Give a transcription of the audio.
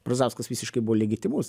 brazauskas visiškai buvo legitimus